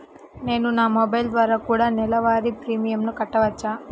నేను నా మొబైల్ ద్వారా కూడ నెల వారి ప్రీమియంను కట్టావచ్చా?